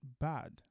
bad